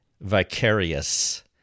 vicarious